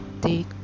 take